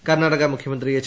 കർണ്ണാടക മുഖ്യമന്ത്രി എച്ച്